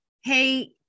hey